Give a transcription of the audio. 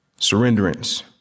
surrenderance